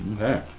Okay